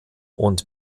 und